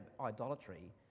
idolatry